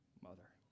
mother